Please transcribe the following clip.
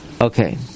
Okay